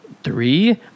Three